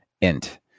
int